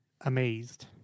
amazed